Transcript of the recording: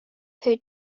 her